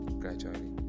gradually